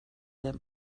der